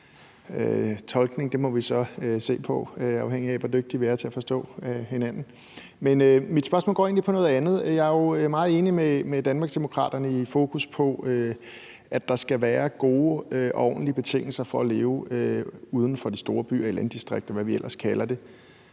tolkning, må vi så se på, afhængigt af hvor dygtige vi er til at forstå hinanden. Men mit spørgsmål går egentlig på noget andet. Jeg er jo meget enig med Danmarksdemokraternes fokus på, at der skal være gode og ordentlige betingelser for at leve uden for de store byer, altså i landdistrikter, og hvad vi ellers kalder det.